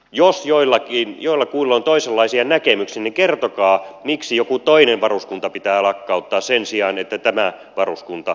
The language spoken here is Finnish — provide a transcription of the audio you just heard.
jos joillakuilla on toisenlaisia näkemyksiä niin kertokaa miksi joku toinen varuskunta pitää lakkauttaa sen sijaan että tämä varuskunta jätetään